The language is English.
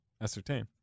Ascertain